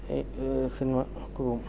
സിനിമക്കു പോകും